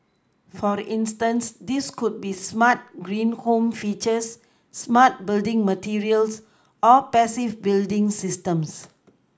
for instance these could be smart green home features smart building materials or passive building systems